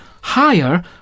higher